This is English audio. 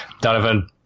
Donovan